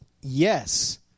Yes